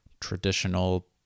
traditional